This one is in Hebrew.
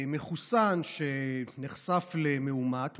מחוסן שנחשף למאומת,